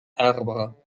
arbres